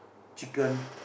chicken